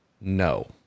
no